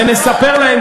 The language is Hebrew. ונספר להם,